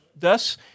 Thus